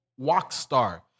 Walkstar